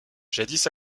jadis